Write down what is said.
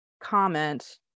comment